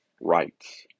rights